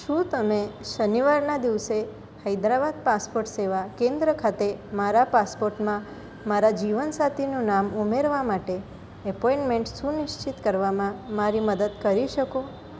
શું તમે શનિવારના દિવસે હૈદરાબાદ પાસપોર્ટ સેવા કેન્દ્ર ખાતે મારા પાસપોર્ટમાં મારા જીવનસાથીનું નામ ઉમેરવા માટે એપોઇન્ટમેન્ટ સુનિશ્ચિત કરવામાં મારી મદદ કરી શકો